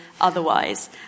otherwise